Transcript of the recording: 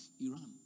Iran